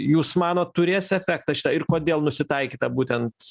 jūs manot turės efektą šita ir kodėl nusitaikyta būtent